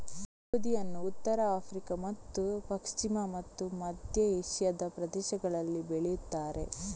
ಗೋಧಿಯನ್ನು ಉತ್ತರ ಆಫ್ರಿಕಾ ಮತ್ತು ಪಶ್ಚಿಮ ಮತ್ತು ಮಧ್ಯ ಏಷ್ಯಾದ ಪ್ರದೇಶಗಳಲ್ಲಿ ಬೆಳೆಯುತ್ತಾರೆ